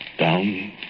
Down